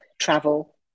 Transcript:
travel